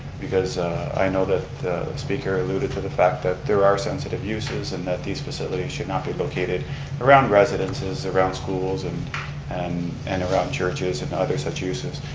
because i know that the speaker alluded to the fact that there are sensitive uses and that these facilities should not be located around residences, around schools, and and and around churches, and other such uses.